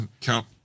count